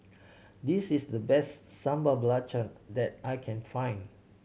this is the best Sambal Belacan that I can find